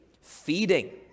feeding